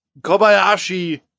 Kobayashi